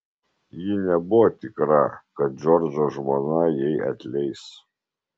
ji nebuvo tikra kad džordžo žmona jai atleis